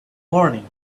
morning